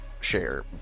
share